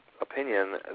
opinion